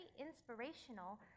inspirational